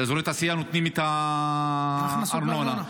ואזורי תעשייה נותנים את -- הכנסות מארנונה.